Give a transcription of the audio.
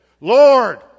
Lord